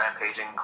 rampaging